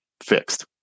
fixed